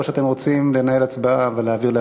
או שאתם רוצים לנהל הצבעה ולהעביר,